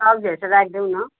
सब्जीहरू चाहिँ राख्दैन